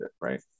Right